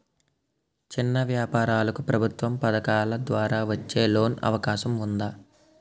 చిన్న వ్యాపారాలకు ప్రభుత్వం పథకాల ద్వారా వచ్చే లోన్ అవకాశం ఉందా?